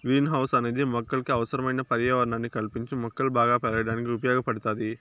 green house అనేది మొక్కలకు అవసరమైన పర్యావరణాన్ని కల్పించి మొక్కలు బాగా పెరగడానికి ఉపయోగ పడుతాది